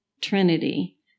Trinity